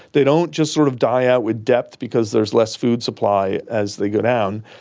they don't just sort of die out with depth because there is less food supply as they go down,